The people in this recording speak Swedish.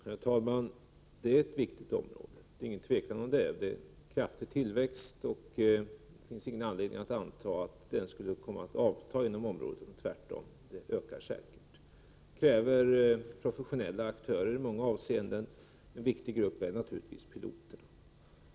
Herr talman! Det råder inget tvivel om att detta är ett viktigt område. Det finns en kraftig tillväxt, och det finns ingen anledning att anta att den skulle komma att avta inom området — snarare tvärtom. Tillväxten ökar säkert. Detta kräver i många avseenden professionella aktörer. En viktig grupp är naturligtvis piloterna.